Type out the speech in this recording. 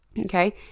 Okay